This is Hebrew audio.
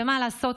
ומה לעשות,